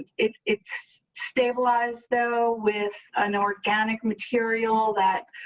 it's it's stabilized, though, with an organic material that